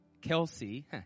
Kelsey